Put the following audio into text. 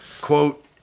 Quote